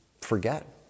forget